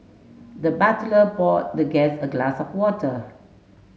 the butler poured the guest a glass of water